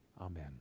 Amen